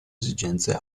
esigenze